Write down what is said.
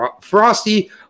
Frosty